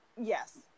Yes